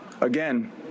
Again